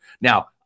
Now